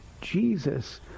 Jesus